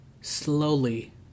slowly